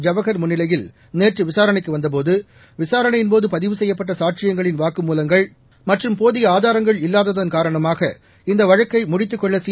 ஜவஹர் முன்னிலையில் நேற்று விசாரணைக்கு வந்தபோது விசாரணையின்போது பதிவு செய்யப்பட்ட சாட்சியங்களின் வாக்குமூலங்கள் மற்றும் போதிய ஆதாரங்கள் இல்லாததன் காரணமாக இந்த வழக்கை முடித்துக் கொள்ள சி